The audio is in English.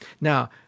Now